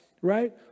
right